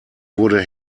wurde